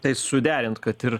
tai suderint kad ir